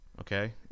Okay